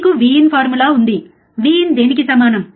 మీకు Vin formula ఉంది Vin దేనికి సమానం